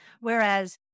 Whereas